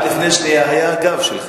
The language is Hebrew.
עד לפני שנייה היה הגב שלך.